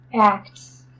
acts